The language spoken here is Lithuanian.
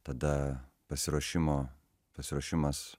tada pasiruošimo pasiruošimas